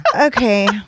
Okay